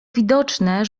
widoczne